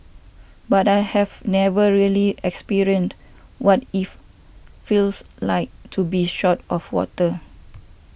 but I have never really experienced what it feels like to be short of water